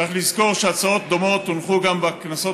צריך לזכור שהצעות דומות הונחו גם בכנסות